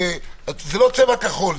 הנוסח זה לא צבע כחול,